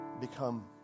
become